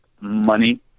money